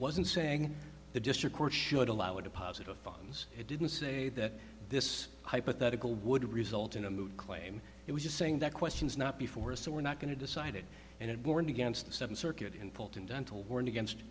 wasn't saying the district court should allow a deposit of funds it didn't say that this hypothetical would result in a move claim it was just saying that question's not before us so we're not going to decide it and it warned against the seventh circuit in fulton dental warned against